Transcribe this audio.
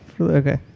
Okay